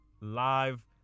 live